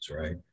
right